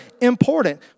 important